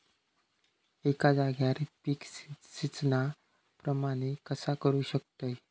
एका जाग्यार पीक सिजना प्रमाणे कसा करुक शकतय?